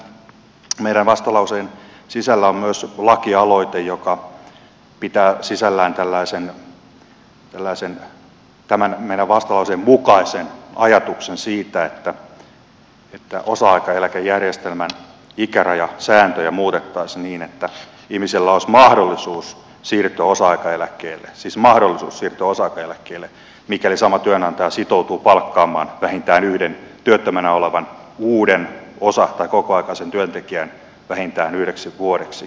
tämän meidän vastalauseemme sisällä on myös lakialoite joka pitää sisällään tämän meidän vastalauseemme mukaisen ajatuksen siitä että osa aikaeläkejärjestelmän ikärajasääntöjä muutettaisiin niin että ihmisellä olisi mahdollisuus siirtyä osa aikaeläkkeelle siis mahdollisuus siirtyä osa aikaeläkkeelle mikäli sama työnantaja sitoutuu palkkaamaan vähintään yhden työttömänä olevan uuden osa tai kokoaikaisen työntekijän vähintään yhdeksi vuodeksi